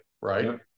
right